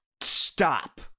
Stop